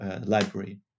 library